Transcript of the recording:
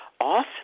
off